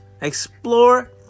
Explore